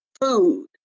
food